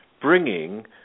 bringing